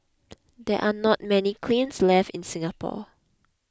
there are not many kilns left in Singapore